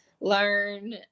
learn